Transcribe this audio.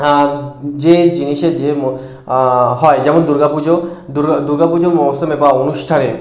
যে জিনিসের যে হয় যেমন দুর্গা পুজো দুর্গা পুজোর মরশুমে বা অনুষ্ঠানে